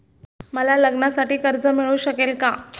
मला लग्नासाठी कर्ज मिळू शकेल का?